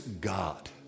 God